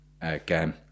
again